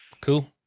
cool